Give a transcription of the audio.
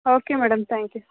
okay madam thank you